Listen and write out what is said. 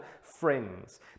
friends